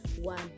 one